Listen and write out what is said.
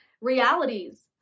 realities